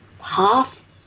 half